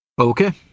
Okay